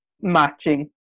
matching